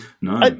no